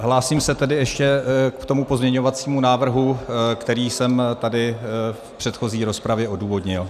Hlásím se tedy ještě k pozměňovacímu návrhu, který jsem tady v předchozí rozpravě odůvodnil.